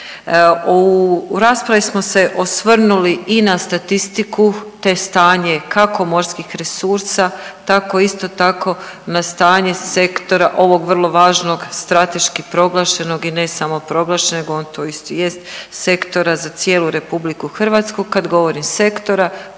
U raspravi smo se osvrnuli i na statistiku te stanje kako morskih resursa, tako isto tako na stanje sektora ovog vrlo važnog strateški proglašenog i ne samo proglašeno, nego on to isto jest, sektora za cijelu RH. Kad govorim sektora,